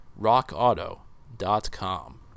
rockauto.com